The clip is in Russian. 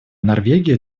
норвегия